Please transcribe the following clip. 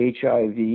HIV